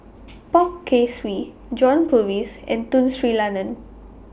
Poh Kay Swee John Purvis and Tun Sri Lanang